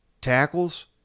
tackles